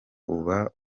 uba